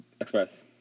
Express